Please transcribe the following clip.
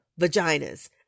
vaginas